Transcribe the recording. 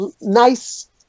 nice